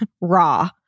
raw